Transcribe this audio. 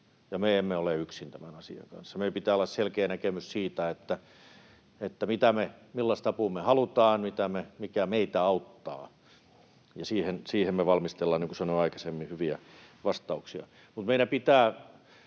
me emme ole yksin tämän asian kanssa. Meillä pitää olla selkeä näkemys siitä, millaista apua me halutaan, mikä meitä auttaa. Ja siihen me valmistellaan, niin kuin sanoin aikaisemmin, hyviä vastauksia. Mutta meidän pitää